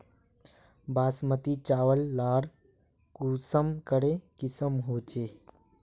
बासमती चावल लार कुंसम करे किसम होचए?